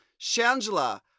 Shangela